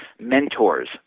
mentors